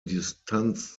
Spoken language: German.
distanz